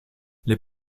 les